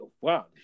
wow